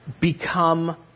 become